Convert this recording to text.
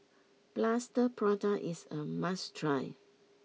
Plaster Prata is a must try